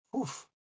oof